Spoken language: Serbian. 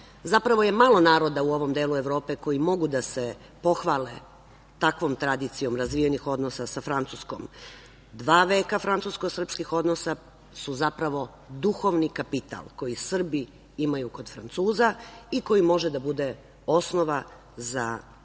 Zapravo, malo je naroda u ovom delu Evrope koji mogu da se pohvale takvom tradicijom razvijenih odnosa sa Francuskom. Dva veka francusko-srpskih odnosa su zapravo duhovni kapital koji Srbi imaju kod Francuza i koji može da bude osnova za razvoj